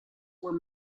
were